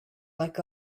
like